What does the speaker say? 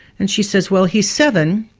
and she says, well he's seven,